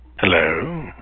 Hello